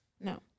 no